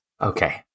Okay